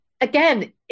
again